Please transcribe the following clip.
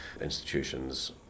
institutions